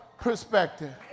perspective